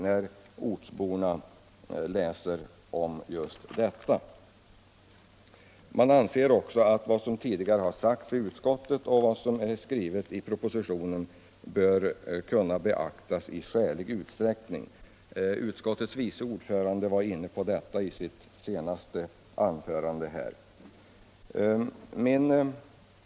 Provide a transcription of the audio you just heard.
Man anser också med hänvisning till vad som i ett tidigare avsnitt har sagts av utskottet och vad som är skrivet i propositionen att motionärernas synpunkter bör kunna beaktas i skälig utsträckning. —- Utskottets vice ordförande var inne på detta i sitt senaste anförande här.